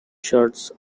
shirts